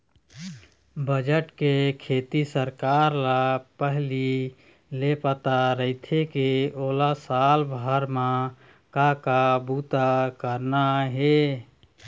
budget के सेती सरकार ल पहिली ले पता रहिथे के ओला साल भर म का का बूता करना हे